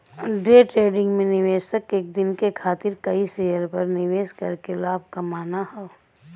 day trading में निवेशक एक दिन के खातिर कई शेयर पर निवेश करके लाभ कमाना हौ